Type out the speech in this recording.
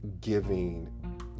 giving